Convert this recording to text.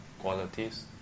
qualities